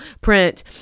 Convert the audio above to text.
print